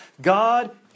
God